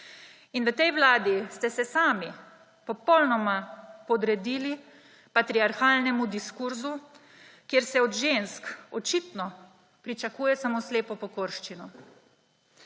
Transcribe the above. In v tej vladi ste se sami popolnoma podredili patriarhalnemu diskurzu, kjer se od žensk očitno pričakuje samo slepo pokorščino.